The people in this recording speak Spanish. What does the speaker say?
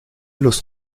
los